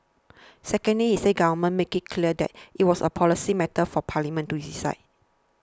secondly he said the Government made it clear that it was a policy matter for Parliament to decide